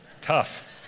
Tough